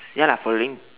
ya lah following